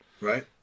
Right